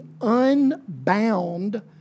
unbound